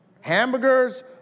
hamburgers